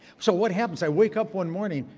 so what happens, i wake up one morning,